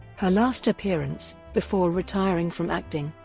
her last appearance, before retiring from acting,